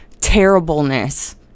terribleness